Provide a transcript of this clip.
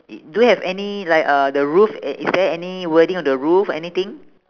do you have any like uh the roof i~ is there any wording on the roof anything